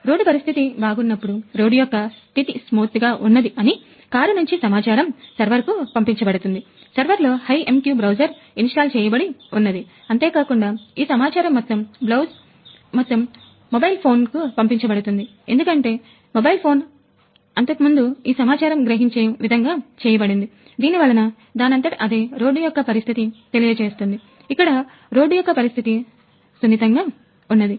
road పరిస్థితి బాగున్నప్పుడు road యొక్క స్థితి స్మూత్ గా ఉన్నది అని కారు నుంచి సమాచారము సర్వర్ కు పంపించబడుతుంది సర్వర్ లో HiveMQ బ్రౌజర్ ఉన్నది